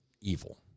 evil